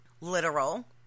Literal